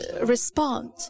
respond